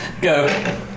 go